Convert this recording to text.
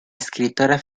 escritora